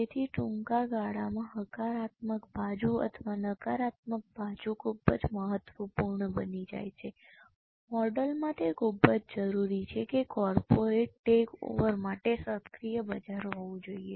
તેથી ટૂંકા ગાળામાં હકારાત્મક બાજુ અથવા નકારાત્મક બાજુ ખૂબ જ મહત્વપૂર્ણ બની જાય છે મોડેલમાં તે ખૂબ જ જરૂરી છે કે કોર્પોરેટ ટેકઓવર માટે સક્રિય બજાર હોવું જોઈએ